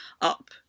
up